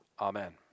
Amen